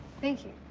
thank you.